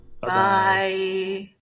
Bye